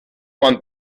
man